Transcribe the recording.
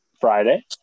Friday